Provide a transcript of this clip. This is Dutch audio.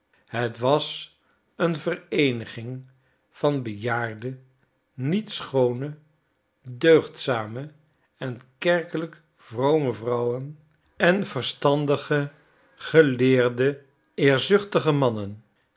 het was een vereeniging van bejaarde niet schoone deugdzame en kerkelijk vrome vrouwen en verstandige geleerde eerzuchtige mannen